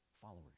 followers